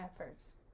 efforts